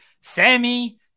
Sammy